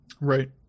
Right